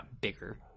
bigger